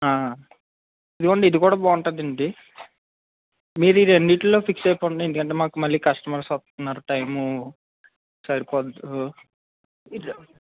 ఆ ఇదిగోండి ఇది కూడా బాగుంటుంది అండి మీరు రెండింట్లో ఫిక్స్ అయిపోండి ఇంకా అంటే మళ్ళీ మాకు కస్టమర్స్ వస్తున్నారు టైము సరిపోదు